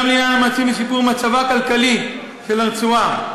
גם לעניין המאמצים לשיפור מצבה הכלכלי של הרצועה,